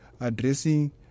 addressing